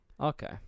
Okay